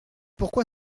pourquoi